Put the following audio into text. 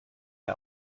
wir